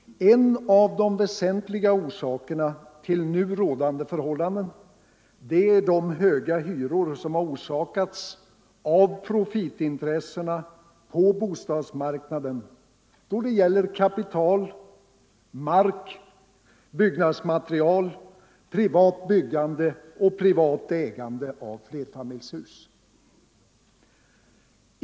En av de väsentliga orsakerna till nu rådande förhållanden är de höga hyror som orsakats av profitintressena på bostadsmarknaden då det gäller kapital, mark, byggnadsmaterial, privat byggande och privat ägande av flerfamiljshus.